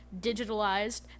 digitalized